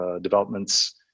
developments